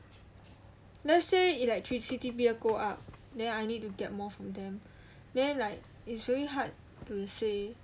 let's say electricity bill go up then I need to get more from them then like it's really hard to say